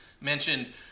mentioned